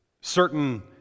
certain